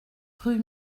rue